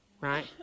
right